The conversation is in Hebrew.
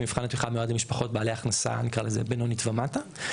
כי מבחן התמיכה מאוד המשפחות בעלי הכנסה נקרא לזה בינונית ומטה,